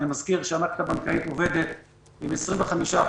אני מזכיר שהמערכת הבנקאית עובדת עם 25%